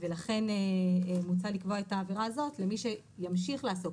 לכן מוצע לקבוע את העבירה הזאת למי שימשיך לעסוק,